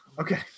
Okay